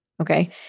Okay